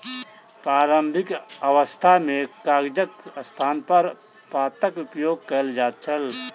प्रारंभिक अवस्था मे कागजक स्थानपर पातक उपयोग कयल जाइत छल